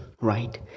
right